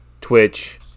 Twitch